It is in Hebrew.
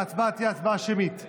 ההצבעה תהיה הצבעה שמית.